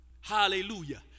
Hallelujah